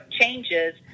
changes